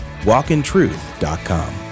walkintruth.com